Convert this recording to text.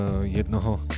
jednoho